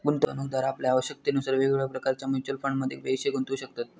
गुंतवणूकदार आपल्या आवश्यकतेनुसार वेगवेगळ्या प्रकारच्या म्युच्युअल फंडमध्ये पैशे गुंतवू शकतत